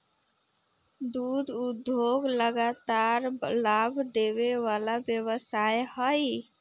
दुध उद्योग लगातार लाभ देबे वला व्यवसाय हइ